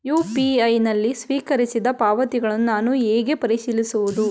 UPI ನಲ್ಲಿ ಸ್ವೀಕರಿಸಿದ ಪಾವತಿಗಳನ್ನು ನಾನು ಹೇಗೆ ಪರಿಶೀಲಿಸುವುದು?